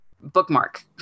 bookmark